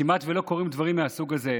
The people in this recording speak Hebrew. שם כמעט ולא קורים דברים מהסוג הזה.